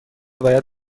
باید